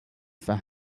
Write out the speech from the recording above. for